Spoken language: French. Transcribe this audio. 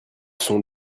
sont